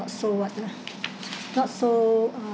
so what ah not so uh